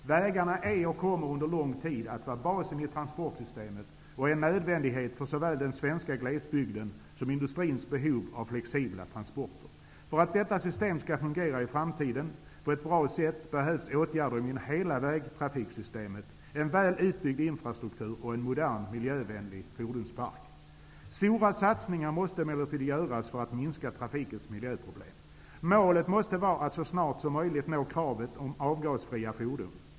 Vägarna är och kommer under lång tid att vara basen i transportsystemet. De är en nödvändighet för såväl den svenska glesbygden som industrins behov av flexibla transporter. För att detta system skall fungera på ett bra sätt i framtiden behövs åtgärder inom hela vägtrafiksystemet, en väl utbyggd infrastruktur och en modern miljövänlig fordonspark. Stora satsningar måste emellertid göras för att minska trafikens miljöproblem. Målet måste vara att så snart som möjligt nå kravet om avgasfria fordon.